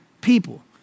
people